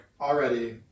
already